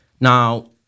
Now